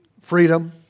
freedom